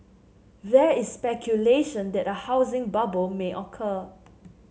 there is speculation that a housing bubble may occur